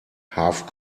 half